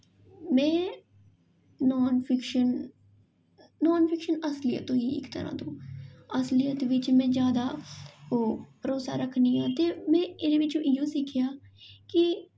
में non fiction non fiction असलियत होई गेई इक तरह् तू असलियत बिच्च में जादा ओह् भरोसा रक्खनी आं ते में एह्दे बिच्चूं इयो सिक्खेआ कि